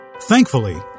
thankfully